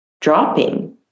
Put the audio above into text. dropping